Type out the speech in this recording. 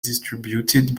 distributed